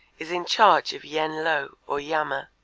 is in charge of yen lo or yama.